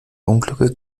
unglücke